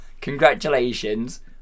congratulations